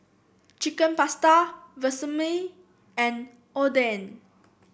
Chicken Pasta Vermicelli and Oden